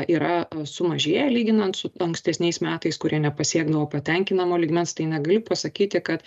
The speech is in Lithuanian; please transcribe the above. yra sumažėję lyginant su ankstesniais metais kurie nepasiekdavo patenkinamo lygmens tai negali pasakyti kad